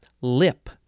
lip